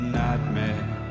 nightmare